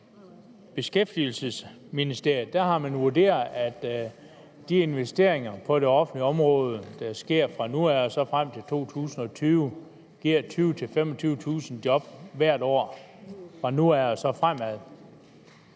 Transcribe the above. Beskæftigelsesministeriet har man vurderet, at de investeringer på det offentlige område, der sker fra nu af og frem til 2020, giver 20.000-25.000 job hvert år, altså fra nu af og fremad.